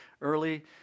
early